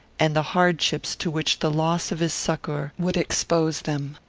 and the hardships to which the loss of his succour would expose them.